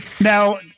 Now